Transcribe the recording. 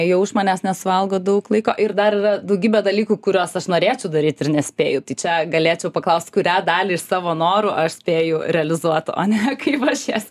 jau iš manęs nesuvalgo daug laiko ir dar yra daugybė dalykų kuriuos aš norėčiau daryt ir nespėju tai čia galėčiau paklaust kurią dalį iš savo norų aš spėju realizuot o ne kaip aš jas